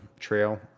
trail